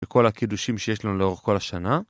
וכל הקידושים שיש לנו לאורך כל השנה.